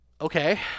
Okay